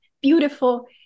beautiful